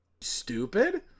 Stupid